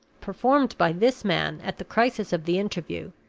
performed by this man, at the crisis of the interview,